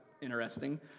interesting